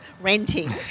renting